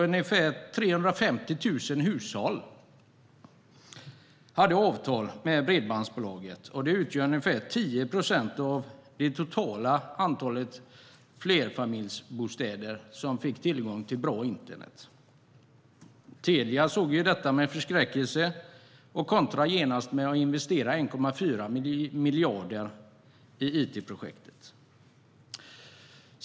Ungefär 350 000 hushåll hade avtal med Bredbandsbolaget. Det var ungefär 10 procent av det totala antalet flerfamiljsbostäder som fick tillgång till bra internet. Telia såg detta med förskräckelse och kontrade genast med att investera 1,4 miljarder i it-projektet.